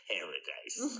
Paradise